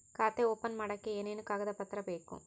ಖಾತೆ ಓಪನ್ ಮಾಡಕ್ಕೆ ಏನೇನು ಕಾಗದ ಪತ್ರ ಬೇಕು?